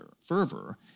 fervor